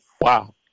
Wow